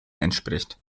entspricht